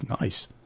Nice